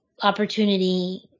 Opportunity